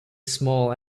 small